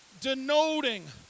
denoting